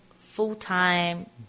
full-time